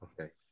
Okay